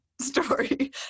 story